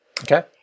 Okay